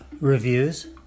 reviews